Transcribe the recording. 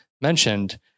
mentioned